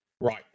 Right